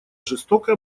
жестокая